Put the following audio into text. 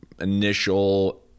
initial